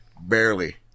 Barely